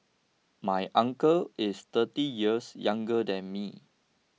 my uncle is thirty years younger than me